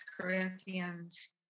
Corinthians